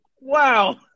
Wow